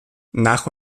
nach